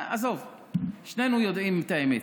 עזוב, שנינו יודעים את האמת.